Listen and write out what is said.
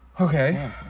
Okay